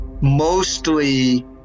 Mostly